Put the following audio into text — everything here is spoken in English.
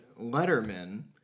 Letterman